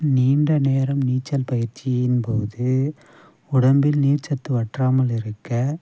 நீண்ட நேரம் நீச்சல் பயிற்சியின் போது உடம்பில் நீர்ச்சத்து வற்றாமல் இருக்க